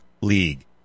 league